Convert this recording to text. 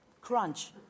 crunch